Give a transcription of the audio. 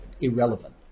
irrelevant